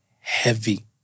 Heavy